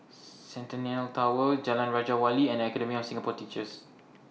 Centennial Tower Jalan Raja Wali and Academy of Singapore Teachers